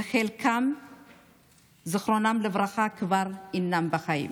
וחלקם זיכרונם לברכה, כבר אינם בחיים.